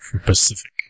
Pacific